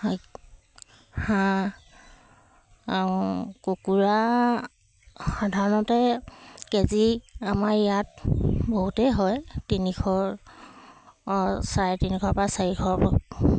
এই হাঁহ কুকুৰা সাধাৰণতে কেজি আমাৰ ইয়াত বহুতেই হয় তিনিশৰ অঁ চাৰে তিনিশৰ পৰা চাৰিশ